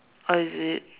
oh is it